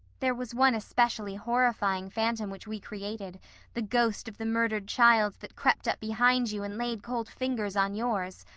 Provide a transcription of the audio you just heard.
there was one especially horrifying phantom which we created the ghost of the murdered child that crept up behind you and laid cold fingers on yours.